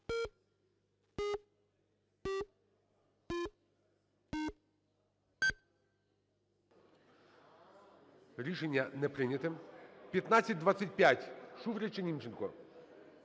Рішення не прийняте. 1525. Шуфрич чиНімченко?